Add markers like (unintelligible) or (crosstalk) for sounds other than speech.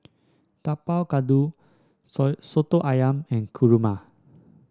Tapak Kuda (unintelligible) soto ayam and kurma